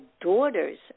daughter's